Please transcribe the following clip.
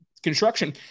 construction